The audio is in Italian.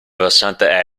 versante